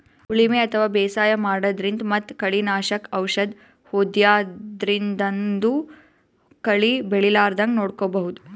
ಉಳಿಮೆ ಅಥವಾ ಬೇಸಾಯ ಮಾಡದ್ರಿನ್ದ್ ಮತ್ತ್ ಕಳಿ ನಾಶಕ್ ಔಷದ್ ಹೋದ್ಯಾದ್ರಿನ್ದನೂ ಕಳಿ ಬೆಳಿಲಾರದಂಗ್ ನೋಡ್ಕೊಬಹುದ್